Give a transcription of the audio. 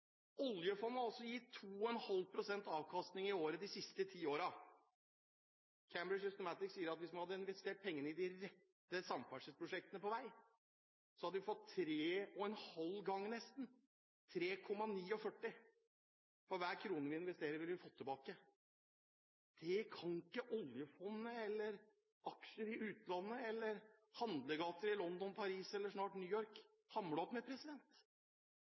Oljefondet har altså gitt 2,5 pst. avkastning i året de siste ti årene. Cambridge Systematics International sier at hvis man hadde investert pengene i de rette samferdselsprosjektene på vei, ville vi fått tilbake 3,49 kr for hver krone vi investerer. Det kan ikke oljefondet eller aksjer i utlandet eller handlegater i London, Paris, eller snart New York, hamle opp med.